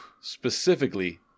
specifically